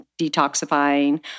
detoxifying